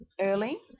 early